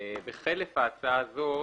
חלף ההצעה הזאת,